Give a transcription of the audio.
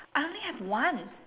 I only have one